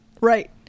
Right